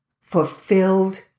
fulfilled